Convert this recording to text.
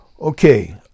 Okay